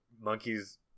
monkeys